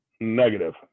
negative